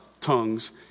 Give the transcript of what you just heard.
tongues